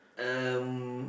um